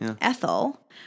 Ethel